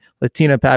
Latina